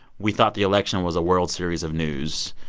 we thought the election was a world series of news,